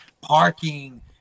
parking